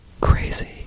Crazy